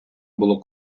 було